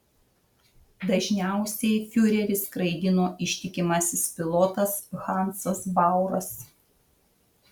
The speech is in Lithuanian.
dažniausiai fiurerį skraidino ištikimasis pilotas hansas bauras